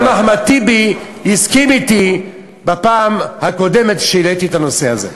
גם אחמד טיבי הסכים אתי בפעם הקודמת שהעליתי את הנושא הזה.